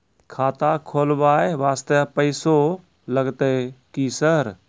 खाता खोलबाय वास्ते पैसो लगते की सर?